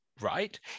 right